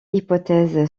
hypothèse